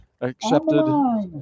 Accepted